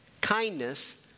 kindness